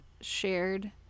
shared